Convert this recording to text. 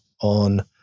on